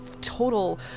total